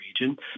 region